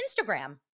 Instagram